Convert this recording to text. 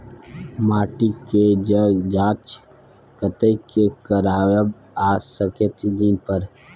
माटी के ज जॉंच कतय से करायब आ कतेक दिन पर?